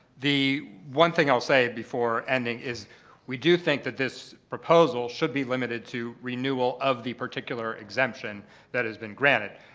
the one thing i'll say before ending is we do think that this proposal should be limited to renewal of the particular exemption that has been granted.